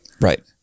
Right